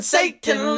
Satan